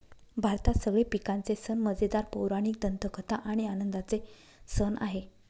भारतात सगळे पिकांचे सण मजेदार, पौराणिक दंतकथा आणि आनंदाचे सण आहे